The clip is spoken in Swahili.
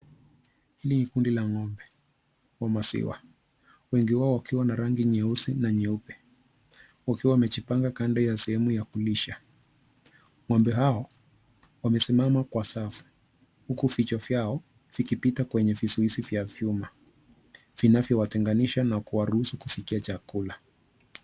Hili ni kundi la ngombe wa maziwa, wengi wao wakiwa na rangi nyeusi na nyeupe wakiwa wamejipanganga kando ya sehemu ya kulisha. Ngombe hao wamesimama kwa safu huku vichwa vyao vikipita kwenye vizuizi ya vyuma vinavyowatenganisha na kuwaruhusu kuwafikia chakula.